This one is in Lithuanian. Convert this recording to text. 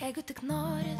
jeigu tik nori